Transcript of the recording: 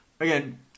Again